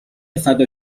فدا